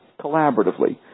collaboratively